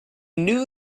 knew